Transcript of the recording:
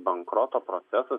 bankroto procesas